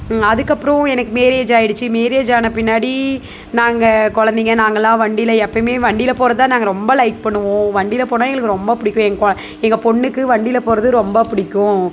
அதுக்கப்புறோம் எனக்கு மேரேஜ் ஆகிடுச்சு மேரேஜ் ஆன பின்னாடி நாங்கள் குழந்தைங்க நாங்களாம் வண்டியில் எப்போயுமே வண்டியில் போகிறத நாங்கள் ரொம்ப லைக் பண்ணுவோம் வண்டியில் போனால் எங்களுக்கு ரொம்ப பிடிக்கும் எங்கள் கொ எங்கள் பொண்ணுக்கு வண்டியில் போகிறது ரொம்ப பிடிக்கும்